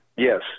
Yes